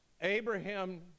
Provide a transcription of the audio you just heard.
Abraham